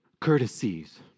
courtesies